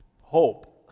Hope